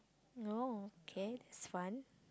oh okay that's fun